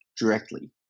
directly